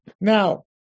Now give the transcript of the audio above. Now